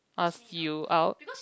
ask you out